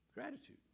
gratitude